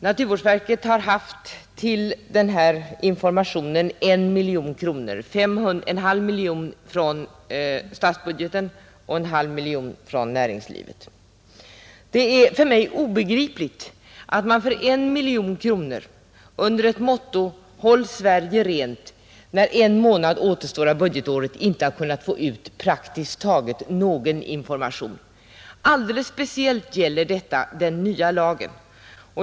Naturvårdsverket har till den här informationen haft 1 miljon kronor, en halv miljon från statsbudgeten och en halv miljon från näringslivet. Det är för mig obegripligt att man för 1 miljon kronor under mottot Håll Sverige rent när en månad återstår av budgetåret inte har kunnat få ut praktiskt taget någon information. Alldeles speciellt gäller detta den nya lagen.